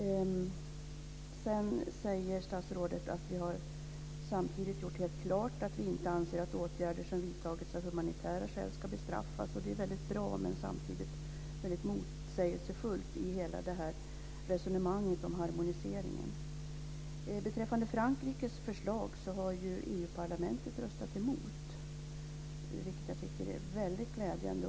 Sedan säger statsrådet att vi "samtidigt gjort helt klart att vi inte anser att åtgärder som vidtagits av humanitära skäl ska bestraffas". Det är väldigt bra, men samtidigt är hela resonemanget om harmoniseringen väldigt motsägelsefullt. EU-parlamentet har röstat emot Frankrikes förslag, vilket jag tycker är mycket glädjande.